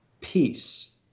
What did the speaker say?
peace